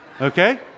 okay